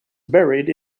buried